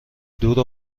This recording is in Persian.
دور